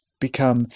become